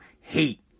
hate